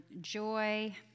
Joy